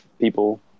people